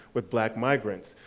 with black migrants.